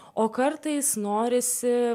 o kartais norisi